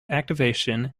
activation